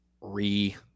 re-